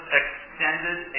extended